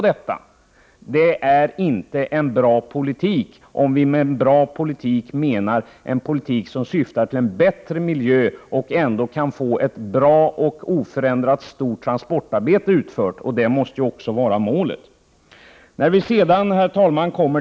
Det är inte en bra politik, om vi med det menar en politik, som syftar till en bättre miljö samtidigt som vi kan få ett bra och oförändrat stort transportarbete utfört. Det måste också vara målet. Herr talman!